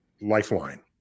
lifeline